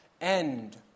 end